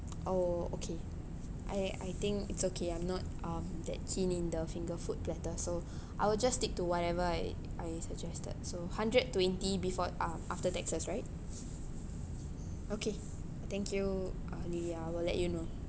oh okay I I think it's okay I'm not um that keen in the finger food platter so I will just stick to whatever I I suggested so hundred twenty before uh after taxes right okay thank you uh lily I will let you know